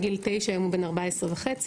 היום הוא בן 14 וחצי.